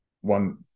one